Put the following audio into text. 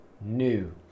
new